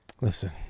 Listen